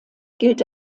gilt